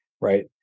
right